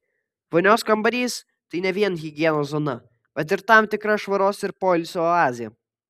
vonios kambarys tai ne vien higienos zona bet ir tam tikra švaros ir poilsio oazė